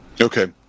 Okay